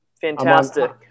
Fantastic